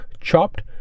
chopped